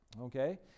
okay